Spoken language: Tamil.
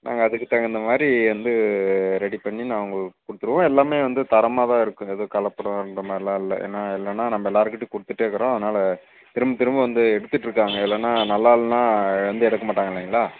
நாங்கள் அதுக்குத் தகுந்த மாதிரி வந்து ரெடி பண்ணி நான் உங்களுக்கு கொடுத்துருவோம் எல்லாமே வந்து தரமாக தான் இருக்கும் எதுவும் கலப்படம் அந்த மாதிரில்லாம் இல்லை ஏன்னால் இல்லைன்னா நம்ப எல்லார்க்கிட்டியும் கொடுத்துட்டேக்கிறோம் அதனால் திரும்பத் திரும்ப வந்து எடுத்துகிட்ருக்காங்க இல்லைன்னா நல்லா இல்லைன்னா வந்து எடுக்க மாட்டாங்க இல்லைங்களா